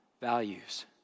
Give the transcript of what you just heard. values